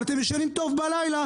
אבל אתם ישנים טוב בלילה,